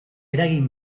eragin